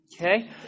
Okay